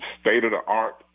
state-of-the-art